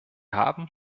haben